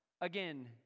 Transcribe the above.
again